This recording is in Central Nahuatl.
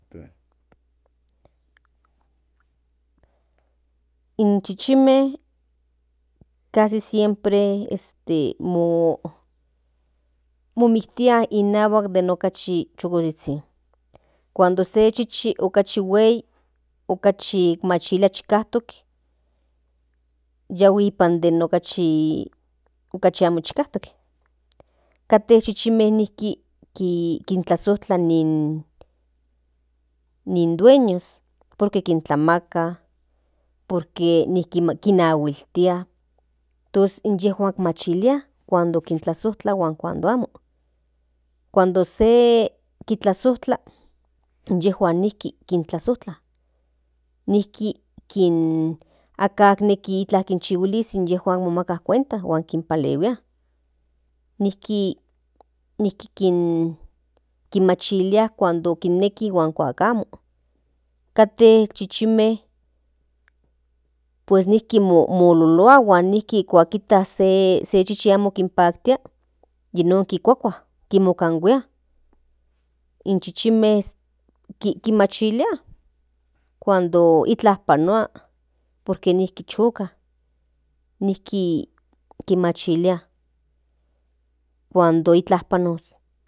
inchichinme casi siempre momiktia inahuak den okachi chukozhizhin cuando se chichi okachi huei okachi machilia chikajtok yahui nipan den okachi amo chikajtok kate chichime nijki kintlazojtla ni dueño por que kintlamaka kinahuiltia tos inyejuan machilia cuando kintlazojtla huan cuando amo cuando se kitlazojtla inyejuan nijki kin aka neki kinchihuilis inyejuan momaka cuenta huan kinpalihuia nijki kinmachilia cuando kinneki huan cuando amo kate chichime pues nijki molulua huan nijki kuakijta se chichi amo kinpaktia yi on kinkakua kimakahuia in chichinme kinmachilia cuando iklan panoa por nijki chokas nijki kinmachilia cuando iklan panos.